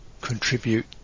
contribute